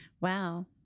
Wow